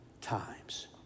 times